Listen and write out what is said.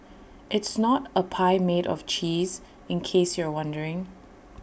it's not A pie made of cheese in case you're wondering